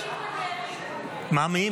מה?